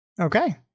Okay